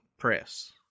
press